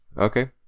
Okay